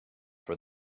for